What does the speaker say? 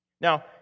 Now